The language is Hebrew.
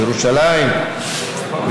בירושלים,